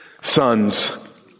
sons